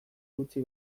utzi